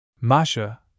Masha